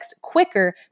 quicker